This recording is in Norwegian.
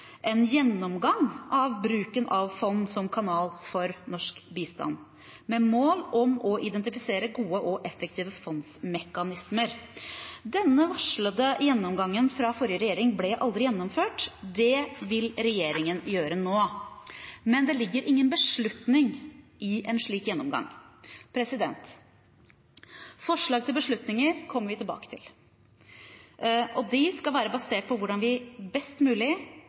en gjennomgang av bruken av fond som kanal for norsk bistand – med mål om å identifisere gode og effektive fondsmekanismer. Denne varslede gjennomgangen fra forrige regjering ble aldri gjennomført. Det vil regjeringen gjøre nå. Men det ligger ingen beslutning i en slik gjennomgang. Forslag til beslutninger kommer vi tilbake til, og de skal være baserte på hvordan vi best mulig